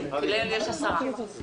אני לא הבנתי כלום.